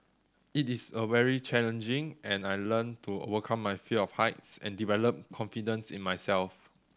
it is a very challenging and I learnt to overcome my fear of heights and develop confidence in myself